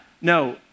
No